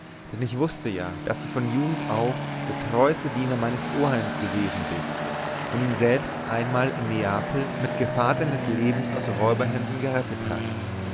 denn ich wußte ja daß du von jugend auf der treuste diener meines oheims gewesen bist und ihn selbst einmal in neapel mit gefahr deines lebens aus räuberhänden gerettet hast